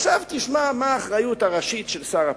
עכשיו תשמע מה האחריות הראשית של שר הפנים.